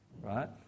right